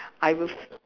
I will